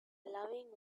loving